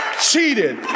cheated